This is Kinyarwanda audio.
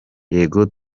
yego